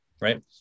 right